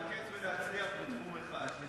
להתרכז ולהצליח בתחום אחד.